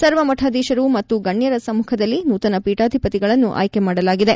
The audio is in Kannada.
ಸರ್ವ ಮಠಾಧೀಶರು ಮತ್ತು ಗಣ್ಣರ ಸಮ್ಮಖದಲ್ಲಿ ನೂತನ ಪೀಠಾಧಿಪತಿಗಳನ್ನು ಆಯ್ಕೆ ಮಾಡಲಾಗಿದೆ